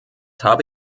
habe